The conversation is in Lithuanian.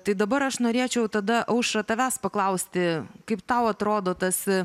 tai dabar aš norėčiau tada aušra tavęs paklausti kaip tau atrodo tas